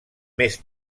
més